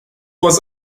was